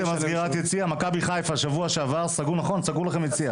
מכבי חיפה, שבוע שעבר, סגרו לכם יציע.